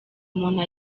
umuntu